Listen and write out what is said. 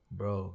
bro